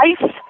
life